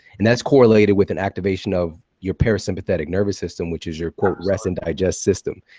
and that's correlated with an activation of your parasympathetic nervous system, which is your rest and digest system.